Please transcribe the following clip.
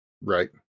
right